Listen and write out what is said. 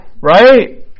Right